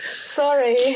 Sorry